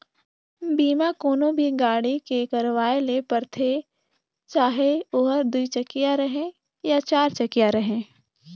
बीमा कोनो भी गाड़ी के करवाये ले परथे चाहे ओहर दुई चकिया रहें या चार चकिया रहें